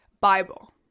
Bible